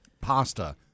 pasta